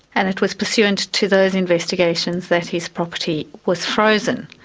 and it was pursuant to those investigations that his property was frozen.